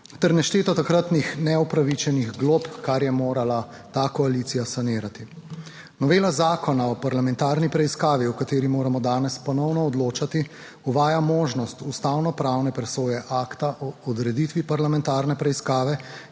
ter nešteto takratnih neupravičenih glob, kar je morala ta koalicija sanirati. Novela Zakona o parlamentarni preiskavi, o kateri moramo danes ponovno odločati uvaja možnost ustavno pravne presoje akta o odreditvi parlamentarne preiskave